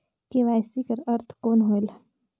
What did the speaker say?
KYC कर अर्थ कौन होएल?